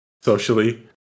socially